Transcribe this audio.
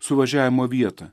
suvažiavimo vietą